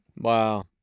Wow